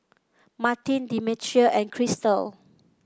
Martin Demetria and Chrystal